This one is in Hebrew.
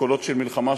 קולות של מלחמה,